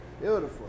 Beautiful